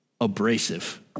abrasive